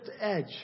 edge